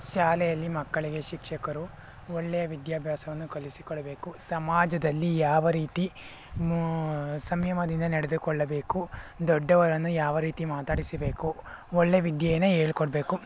ಶಾಲೆಯಲ್ಲಿ ಮಕ್ಕಳಿಗೆ ಶಿಕ್ಷಕರು ಒಳ್ಳೆಯ ವಿದ್ಯಾಭ್ಯಾಸವನ್ನು ಕಲಿಸಿ ಕೊಡಬೇಕು ಸಮಾಜದಲ್ಲಿ ಯಾವ ರೀತಿ ಮು ಸಂಯಮದಿಂದ ನಡೆದುಕೊಳ್ಳಬೇಕು ದೊಡ್ಡವರನ್ನು ಯಾವ ರೀತಿ ಮಾತಾಡಿಸಬೇಕು ಒಳ್ಳೆಯ ವಿದ್ಯೇನ ಹೇಳ್ಕೊಡ್ಬೇಕು